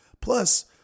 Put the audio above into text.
Plus